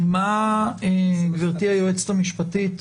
גברתי היועצת המשפטית,